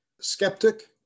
skeptic